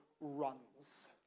runs